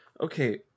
Okay